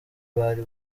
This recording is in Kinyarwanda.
bari